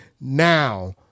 now